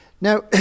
Now